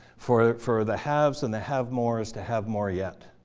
for for the haves and the have mores to have more yet.